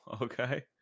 okay